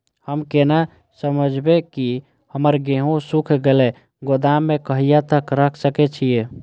हम केना समझबे की हमर गेहूं सुख गले गोदाम में कहिया तक रख सके छिये?